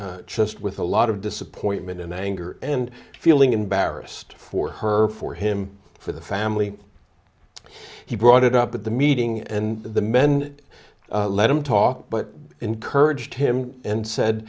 just with a lot of disappointment and anger and feeling embarrassed for her for him for the family he brought it up at the meeting and the men let him talk but encouraged him and said